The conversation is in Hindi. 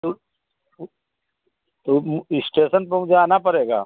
तो तो इस्टेसन पर मुझे आना पड़ेगा